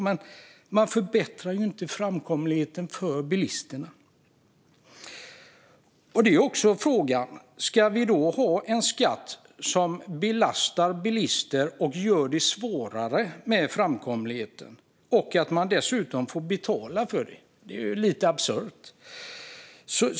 Men man förbättrar inte framkomligheten för bilisterna. Det är också en fråga: Ska vi ha en skatt som belastar bilister och gör det svårare med framkomligheten - och att man dessutom får betala för det? Det är lite absurt.